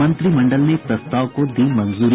मंत्रिमंडल ने प्रस्ताव को दी मंजूरी